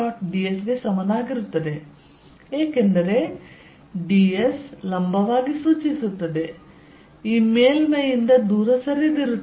ds ಗೆ ಸಮನಾಗಿರುತ್ತದೆ ಏಕೆಂದರೆ ds ಎಲ್ಲಾ ಲಂಬವಾಗಿ ಸೂಚಿಸುತ್ತದೆ ಈ ಮೇಲ್ಮೈಯಿಂದ ದೂರ ಸರಿದಿರುತ್ತದೆ